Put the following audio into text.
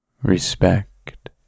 Respect